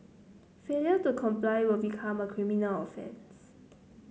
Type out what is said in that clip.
failure to comply will become a criminal offence